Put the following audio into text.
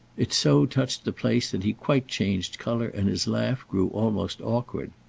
it so touched the place that he quite changed colour and his laugh grew almost awkward.